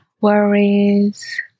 worries